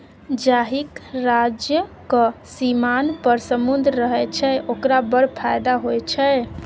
जाहिक राज्यक सीमान पर समुद्र रहय छै ओकरा बड़ फायदा होए छै